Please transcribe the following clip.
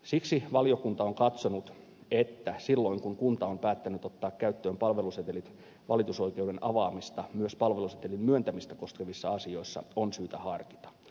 siksi valiokunta on katsonut että silloin kun kunta on päättänyt ottaa käyttöön palvelusetelit valitusoikeuden avaamista myös palvelusetelin myöntämistä koskevissa asioissa on syytä harkita